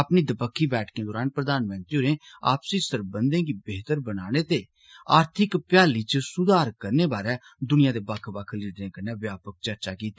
अपनी दपक्खी बैठकें दौरान प्रधानमंत्री होरें आपसी सरबंधें गी बेहतर बनाने ते आर्थिक भ्याली च सुधार करने बारै दुनिया दे बक्ख बक्ख लीडरें कन्नै व्यापक चर्चा कीती